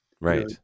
Right